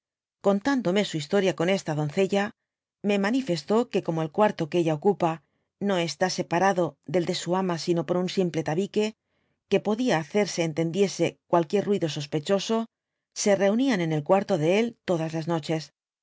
contándome su his toria con esta doncella me manifestó fpxe como el cuarto que ella ocupa no está separado del de su ama sino por un simple tabique que podía hacer se entendiese cualquier ruido sospechoso se reunían en el cuarto de éí todas las noches